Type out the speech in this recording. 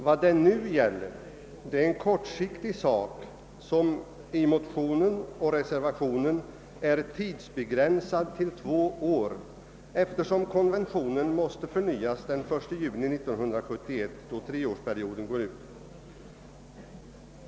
Vad det nu gäller är en kortsiktig sak, som i motionen och i reservationen är tidsbegränsad till två år, eftersom konventionen måste förnyas den 1 juni 1971, då treårsperioden går ut.